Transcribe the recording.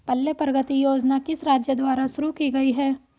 पल्ले प्रगति योजना किस राज्य द्वारा शुरू की गई है?